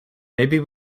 maybe